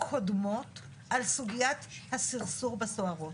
קודמות על סוגיית הסרסור בסוהרות,